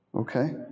Okay